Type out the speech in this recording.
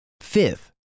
Fifth